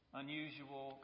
unusual